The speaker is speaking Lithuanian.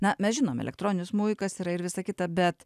na mes žinome elektroninis smuikas yra ir visa kita bet